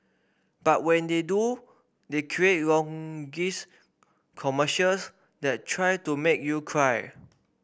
but when they do they create longish commercials that try to make you cry